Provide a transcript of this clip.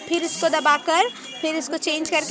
लेटेक्सक टैपिंग नामेर प्रक्रियार माध्यम से जमा कराल जा छे